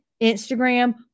Instagram